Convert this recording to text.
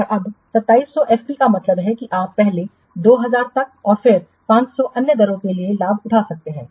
तो अब 2700 एफपी का मतलब है कि आप पहले 2000 तक और फिर 500 अन्य दरों के लिए लाभ उठा सकते हैं